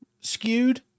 skewed